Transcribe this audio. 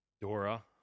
Dora